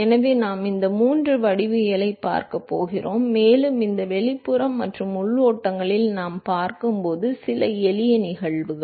எனவே நாம் இந்த மூன்று வடிவவியலைப் பார்க்கப் போகிறோம் மேலும் இந்த வெளிப்புற மற்றும் உள் ஓட்டங்களில் நாம் பார்க்கப்போகும் சில எளிய நிகழ்வுகள்